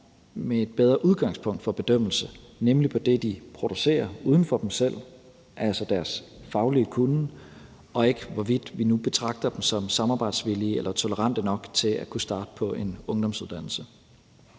jeg, bedre udgangspunkt for bedømmelse, nemlig på det, de producerer uden for dem selv, altså deres faglige kunnen, og ikke på, hvorvidt vi nu betragter dem som samarbejdsvillige eller tolerante nok til at kunne starte på en ungdomsuddannelse.